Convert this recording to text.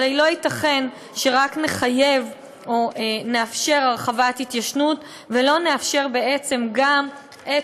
הרי לא ייתכן שרק נחייב או נאפשר הרחבת התיישנות ולא נאפשר בעצם גם את